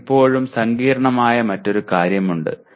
നിങ്ങൾക്ക് ഇപ്പോഴും സങ്കീർണ്ണമായ മറ്റൊരു കാര്യമുണ്ട്